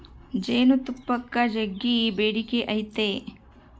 ಜೇನುತುಪ್ಪಕ್ಕ ಜಗ್ಗಿ ಬೇಡಿಕೆ ಐತೆ